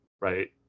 right